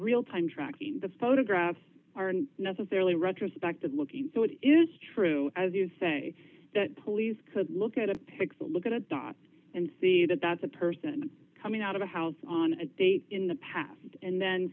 real time tracking the photographs aren't necessarily retrospective looking so it is true as you say that police could look at a pixel look at a dot and see that that's a person coming out of a house on a date in the past and then